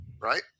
right